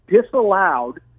disallowed